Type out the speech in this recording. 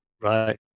Right